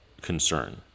concern